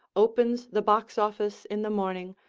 opens the box office in the morning,